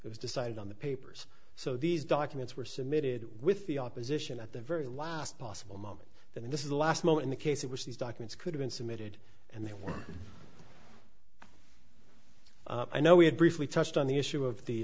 it was decided on the papers so these documents were submitted with the opposition at the very last possible moment that this is the last moment in the case in which these documents could have been submitted and they were i know we had briefly touched on the issue of the